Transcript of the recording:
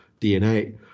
DNA